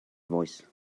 voice